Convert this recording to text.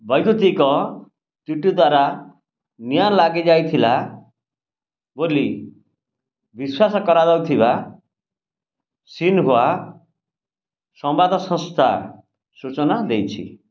ବୈଦ୍ୟୁତିକ ତ୍ରୁଟି ଦ୍ୱାରା ନିଆଁ ଲାଗିଯାଇଥିଲା ବୋଲି ବିଶ୍ୱାସ କରାଯାଉଥିବା ଶିନ୍ହୁଆ ସମ୍ବାଦ ସଂସ୍ଥା ସୂଚନା ଦେଇଛି